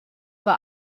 war